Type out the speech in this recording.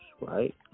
right